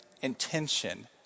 intention